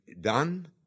done